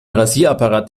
rasierapparat